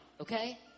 okay